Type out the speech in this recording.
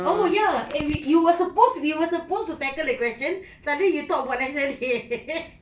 oh ya eh we you were supposed we were supposed to tackle the questions suddenly you talk about national day